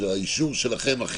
האישור שלכם,